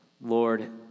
Lord